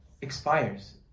expires